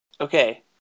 Okay